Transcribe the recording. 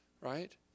right